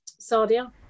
Sadia